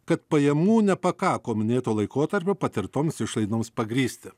kad pajamų nepakako minėto laikotarpio patirtoms išlaidoms pagrįsti